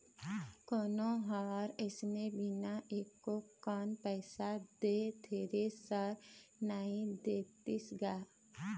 कोनो ह अइसने बिना एको कन पइसा दे थेरेसर नइ देतिस गा